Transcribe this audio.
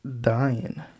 dying